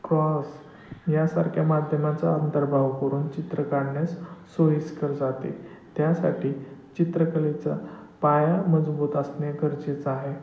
cross यासारख्या माध्यमाचा अंतर्भाव करून चित्र काढण्यास सोयीस्कर जाते त्यासाठी चित्रकलेचा पाया मजबूत असणे गरजेचं आहे